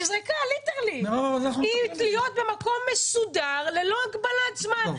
נזרקה, ליטרלי, תהיה במקום מסודר ללא הגבלת זמן.